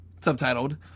subtitled